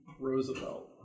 Roosevelt